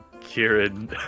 kieran